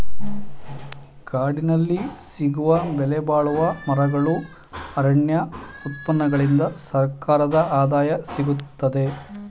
ಕಾಡಿನಲ್ಲಿ ಸಿಗುವ ಬೆಲೆಬಾಳುವ ಮರಗಳು, ಅರಣ್ಯ ಉತ್ಪನ್ನಗಳಿಂದ ಸರ್ಕಾರದ ಆದಾಯ ಸಿಗುತ್ತದೆ